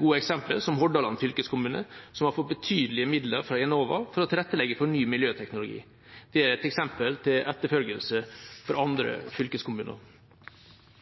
gode eksempler som Hordaland fylkeskommune, som har fått betydelige midler fra Enova for å tilrettelegge for ny miljøteknologi. Det er et eksempel til etterfølgelse for andre fylkeskommuner.